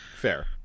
Fair